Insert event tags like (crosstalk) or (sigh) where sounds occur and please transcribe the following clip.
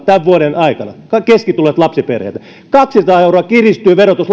tämän vuoden aikana keskituloisilta lapsiperheiltä kahdellasadalla eurolla kiristyy verotus (unintelligible)